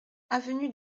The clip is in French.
avenue